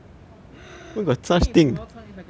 因为你腿毛长 is like a fur